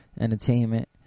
Entertainment